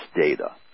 data